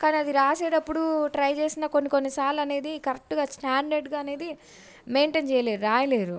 కానీ అది రాసేటప్పుడు ట్రై చేసినా కొన్నికొన్నిసార్లనేది కరెక్ట్గా స్టాండర్డ్గా అనేది మైన్టైన్ చెయ్యలేరు రాయలేరు